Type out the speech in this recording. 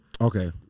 okay